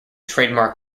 trademark